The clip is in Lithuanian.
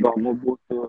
ar įdomu būtų